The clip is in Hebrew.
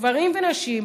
גברים ונשים,